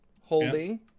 Holding